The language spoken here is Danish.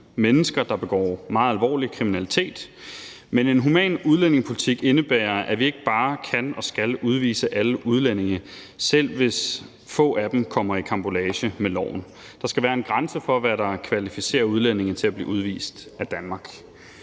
mennesker, der begår meget alvorlig kriminalitet, men en human udlændingepolitik indebærer, at vi ikke bare kan og skal udvise alle udlændinge, selv hvis få af dem kommer i karambolage med loven. Der skal være en grænse for, hvad der kvalificerer udlændinge til at blive udvist af Danmark.